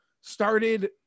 started